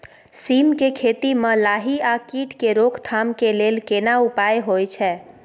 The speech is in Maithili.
सीम के खेती म लाही आ कीट के रोक थाम के लेल केना उपाय होय छै?